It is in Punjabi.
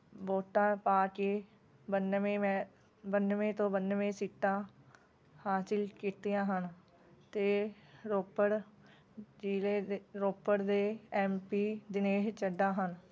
ਵੋਟਾਂ ਪਾਕੇ ਬਨਵੇਂ ਮੈਂ ਬਨਵੇਂ ਤੋਂ ਬਨਵੇਂ ਸੀਟਾਂ ਹਾਸਿਲ ਕੀਤੀਆਂ ਹਨ ਅਤੇ ਰੋਪੜ ਜ਼ਿਲ੍ਹੇ ਦੇ ਰੋਪੜ ਦੇ ਐੱਮ ਪੀ ਦਿਨੇਸ਼ ਚੱਡਾ ਹਨ